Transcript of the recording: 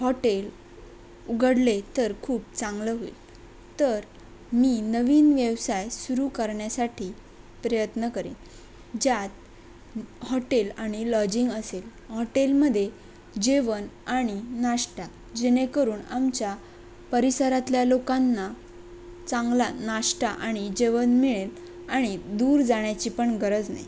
hotel उघडले तर खूप चांगलं होईल तर मी नवीन व्यवसाय सुरू करण्यासाठी प्रयत्न करीन ज्यात हॉटेल आणि लॉजिंग असेल हॉटेलमध्ये जेवण आणि नाश्टा जेणेकरून आमच्या परिसरातल्या लोकांना चांगला नाश्टा आणि जेवण मिळेल आणि दूर जाण्याची पण गरज नाही